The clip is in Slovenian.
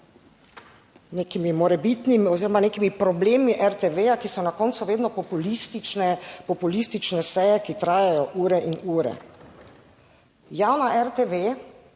nekimi morebitnimi oziroma nekimi problemi RTV, ki so na koncu vedno populistične, populistične seje, ki trajajo ure in ure. Javna RTV